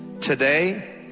today